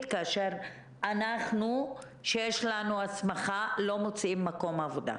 כאשר יש לנו הסמכה ואנחנו לא מוצאים מקום עבודה.